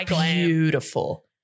beautiful